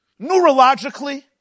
neurologically